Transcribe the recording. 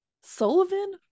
Sullivan